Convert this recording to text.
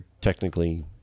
technically